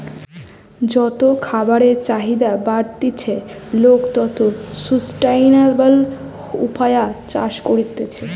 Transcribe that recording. যত খাবারের চাহিদা বাড়তিছে, লোক তত সুস্টাইনাবল উপায়ে চাষ করতিছে